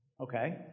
Okay